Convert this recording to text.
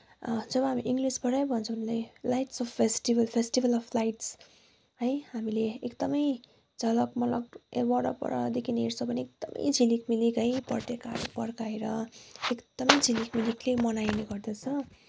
जब हामी इङ्गलिसबाटै भन्छौँ नि lights of festival festivals of lights है हामीले एकदमै झलक मलक ए वरपरदेखि हेर्छौँ भने एकदमै झिलिक मिलिक है पटेकाहरू पढ्काएर एकदमै झिलिक मिलिकले मनाइने गर्दछन्